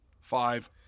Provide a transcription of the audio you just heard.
Five